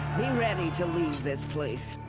be ready to leave this place.